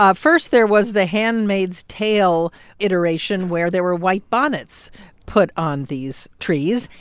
um first, there was the handmaid's tale iteration where there were white bonnets put on these trees.